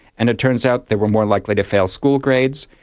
and it turns out they were more likely to fail school grades,